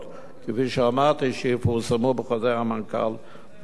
כפי שאמרתי, שיפורסמו בחוזר המנכ"ל בקרוב.